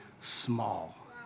small